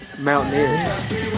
mountaineers